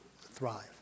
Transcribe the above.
thrive